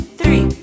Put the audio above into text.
three